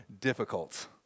difficult